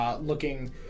looking